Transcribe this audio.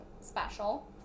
special